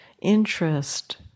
interest